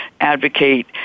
advocate